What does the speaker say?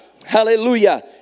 Hallelujah